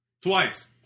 Twice